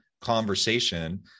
conversation